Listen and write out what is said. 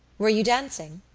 were you dancing?